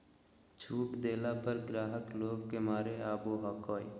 छुट देला पर ग्राहक लोभ के मारे आवो हकाई